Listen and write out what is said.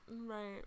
right